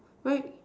right